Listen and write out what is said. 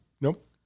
Nope